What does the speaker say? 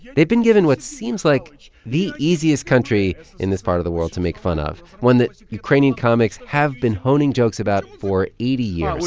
yeah they've been given what seems like the easiest country in this part of the world to make fun of, one that ukrainian comics have been honing jokes about for eighty years.